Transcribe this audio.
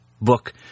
book